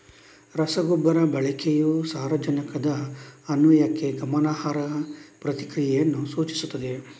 ರಸಗೊಬ್ಬರ ಬಳಕೆಯು ಸಾರಜನಕದ ಅನ್ವಯಕ್ಕೆ ಗಮನಾರ್ಹ ಪ್ರತಿಕ್ರಿಯೆಯನ್ನು ಸೂಚಿಸುತ್ತದೆ